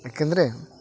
ಯಾಕೆಂದರೆ